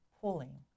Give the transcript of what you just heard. pulling